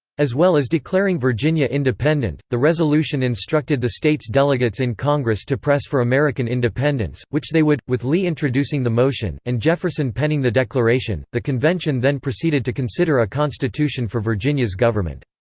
as well as declaring virginia independent, the resolution instructed the state's delegates in congress to press for american independence, which they would, with lee introducing the motion, and jefferson penning the declaration the convention then proceeded to consider a constitution for virginia's government.